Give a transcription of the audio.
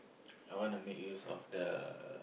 I want to make use of the